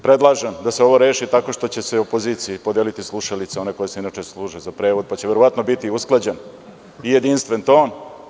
Predlažem da se ovo reši tako što će se opoziciji podeliti slušalice koje inače služe za prevod, pa će verovatno biti usklađen i jedinstven ton.